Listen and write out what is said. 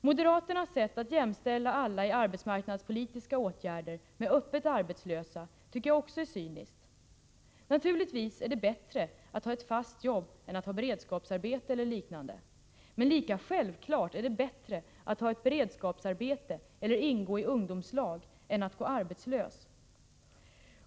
Moderaternas sätt att jämställa alla i arbetsmarknadspolitiska åtgärder med öppet arbetslösa tycker jag också är cyniskt. Naturligtvis är det bättre att ha ett fast jobb än att ha beredskapsarbete eller liknande. Men lika självklart är det bättre att ha ett beredskapsarbete eller att ingå i ett ungdomslag än att gå arbetslös.